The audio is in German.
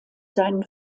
seinen